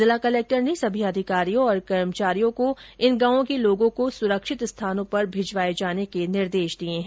जिला कलेक्टर ने सभी अधिकारियों और कर्मचारियों को इन गांवों के लोगों को सुरक्षित स्थानों पर भिजवाये जाने के निर्देश दिये है